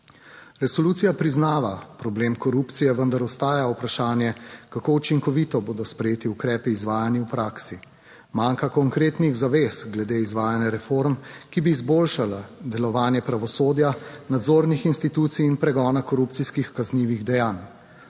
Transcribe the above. Resolucija priznava problem korupcije, vendar ostaja vprašanje, kako učinkovito bodo sprejeti ukrepi izvajani. V praksi manjka konkretnih zavez glede izvajanja reform, ki bi izboljšala delovanje pravosodja, nadzornih institucij in pregona korupcijskih kaznivih dejanj.